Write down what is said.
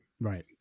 right